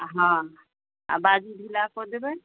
हँ आ बाजू ढिला कऽ देबै